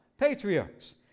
patriarchs